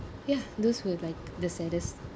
yes those were like the saddest